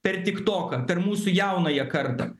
per tiktoką per mūsų jaunąją kartą